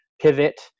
pivot